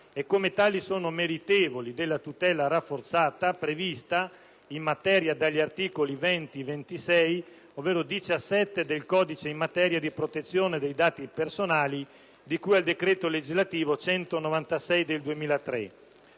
e come tali sono meritevoli della tutela rafforzata, in materia dagli articoli 20 e 26, ovvero 17 del codice in materia di protezione dei dati personali di cui al decreto legislativo n. 196 del 2003,